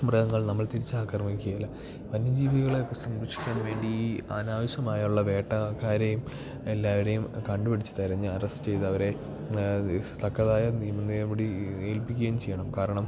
മൃഗങ്ങൾ നമ്മൾ തിരിച്ച് ആക്രമിക്കേല വന്യജീവികളെ ഒക്കെ സംരക്ഷിക്കാൻ വേണ്ടി ഈ അനാവശ്യമായി ഉള്ള വേട്ടക്കാരെയും എല്ലാവരെയും കണ്ടുപിടിച്ച് തിരഞ്ഞ് അറസ്റ്റ് ചെയ്തവരെ അത് തക്കതായ നിയമ നടപടി ഏൽപ്പിക്കുകയും ചെയ്യണം കാരണം